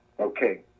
Okay